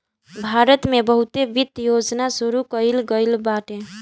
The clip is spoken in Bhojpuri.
भारत में बहुते वित्त योजना शुरू कईल गईल बाटे